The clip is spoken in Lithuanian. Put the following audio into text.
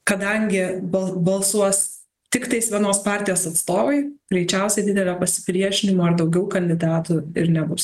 kadangi bal balsuos tiktais vienos partijos atstovai greičiausiai didelio pasipriešinimo ar daugiau kandidatų ir nebus